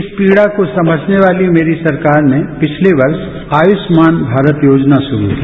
इस पीड़ा को समझने वाली मेरी सरकार ने पिछलेवर्ष आयुष्मान भारत योजना शुरू की